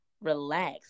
relax